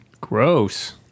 Gross